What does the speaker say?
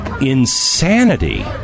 insanity